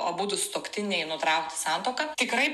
abudu sutuoktiniai nutraukti santuoką tikrai